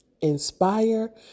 inspire